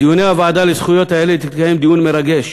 בדיוני הוועדה לזכויות הילד התקיים דיון מרגש